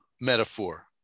metaphor